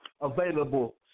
available